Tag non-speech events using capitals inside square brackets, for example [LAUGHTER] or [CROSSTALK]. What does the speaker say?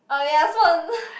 oh ya [NOISE]